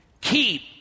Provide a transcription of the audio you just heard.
keep